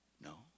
No